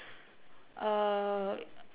uh